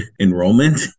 enrollment